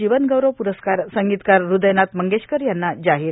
जीवनगौरव प्रस्कार संगीतकार हृदयनाथ मंगेशकर यांना जाहीर